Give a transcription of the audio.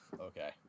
Okay